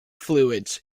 fluids